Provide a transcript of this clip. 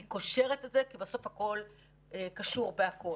אני קושרת את זה כי בסוף הכול קשור בכול.